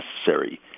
necessary